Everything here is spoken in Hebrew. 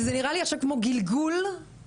וזה נראה לי עכשיו כמו גלגול פרה-היסטורי.